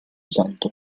santo